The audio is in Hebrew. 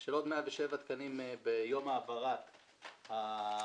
של עוד 107 תקנים ביום העברת התקנים,